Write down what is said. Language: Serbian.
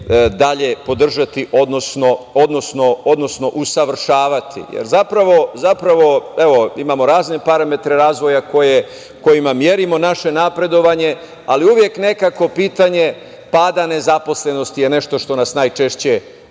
dalje podržati, odnosno usavršavati. Zapravo, evo, imamo razne parametre razvoja kojima merimo naše napredovanje, ali uvek nekako pitanje pada nezaposlenosti je nešto što nas najčešće